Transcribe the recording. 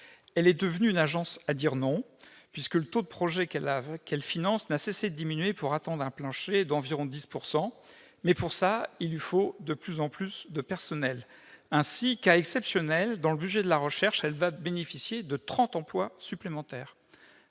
Elle est devenue une agence à dire « non », puisque la proportion des projets qu'elle finance n'a cessé de diminuer, pour atteindre un plancher d'environ 10 %; mais, pour cela, il lui faut de plus en plus de personnels. Ainsi, cas exceptionnel dans le budget de la recherche, elle va bénéficier de trente emplois supplémentaires.